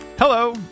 Hello